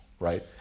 Right